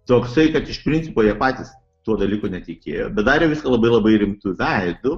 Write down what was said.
toksai kad iš principo jie patys tuo dalyku netikėjo bet darė viską labai labai rimtu veidu